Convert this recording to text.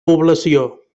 població